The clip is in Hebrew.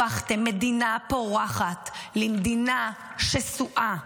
הפכתם מדינה פורחת למדינה שסועה.